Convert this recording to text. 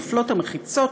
נופלות המחיצות,